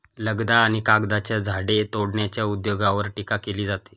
लगदा आणि कागदाच्या झाडे तोडण्याच्या उद्योगावर टीका केली जाते